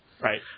Right